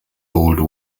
old